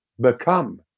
become